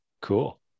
cool